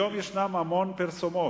היום יש המון פרסומות,